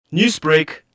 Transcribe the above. Newsbreak